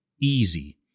easy